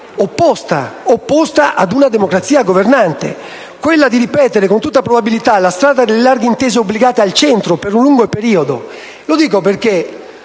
scelta opposta a una democrazia governante, ovvero ripetere con tutta probabilità la strada delle grandi intese obbligate al centro, per un lungo periodo. Lo dico perché